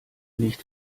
nicht